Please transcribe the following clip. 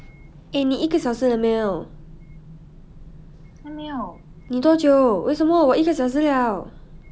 eh 你一个小时了没有你多久为什么我一个小时了